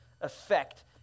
effect